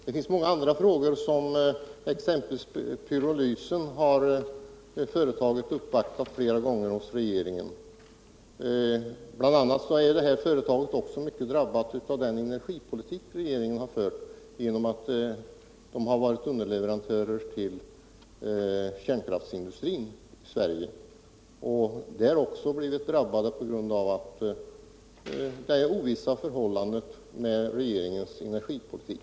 Det finns många andra frågor här, t.ex. verksamhet byggd på utnyttjande av pyrolys. Där har företaget uppvaktat flera gånger hos regeringen. Företaget är också mycket drabbat av den energipolitik som regeringen fört, genom att företaget varit underleverantör till kärnkraftsindustrin i Sverige och genom att det råder ovissa förhållanden med regeringens energipolitik.